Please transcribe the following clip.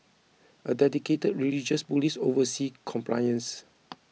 a dedicated religious police oversee compliance